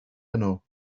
yno